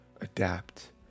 adapt